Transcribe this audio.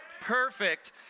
Perfect